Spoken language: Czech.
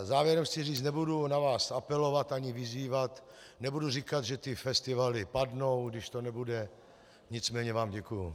Závěrem chci říct, nebudu na vás apelovat ani vyzývat, nebudu říkat, že festivaly padnou, když to nebude, nicméně vám děkuji.